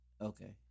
Okay